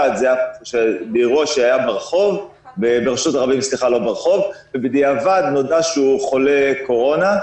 באירוע שהיה ברשות הרבים ובדיעבד נודע שהוא חולה קורונה.